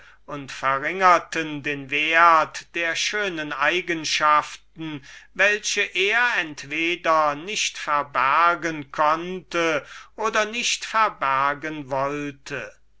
und verringerten den wert der schönen eigenschaften welche er entweder nicht verbergen konnte oder nicht verbergen wollte